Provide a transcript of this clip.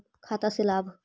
खाता से लाभ?